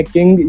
King